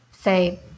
say